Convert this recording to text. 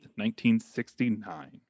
1969